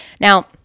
Now